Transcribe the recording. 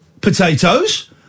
potatoes